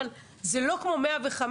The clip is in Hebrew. אבל זה לא כמו 105,